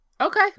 Okay